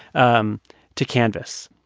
um to canvass.